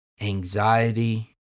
anxiety